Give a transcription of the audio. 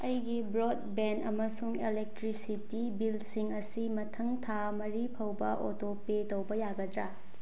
ꯑꯩꯒꯤ ꯕ꯭ꯔꯣꯠꯕꯦꯟ ꯑꯃꯁꯨꯡ ꯑꯦꯂꯦꯛꯇ꯭ꯔꯤꯁꯤꯇꯤ ꯕꯤꯜꯁꯤꯡ ꯑꯁꯤ ꯃꯊꯪ ꯊꯥ ꯃꯔꯤ ꯐꯥꯎꯕ ꯑꯣꯇꯣ ꯄꯦ ꯇꯧꯕ ꯌꯥꯒꯗ꯭ꯔꯥ